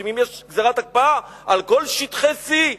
שיש גזירת הקפאה על כל שטחי C,